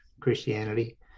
Christianity